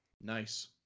Nice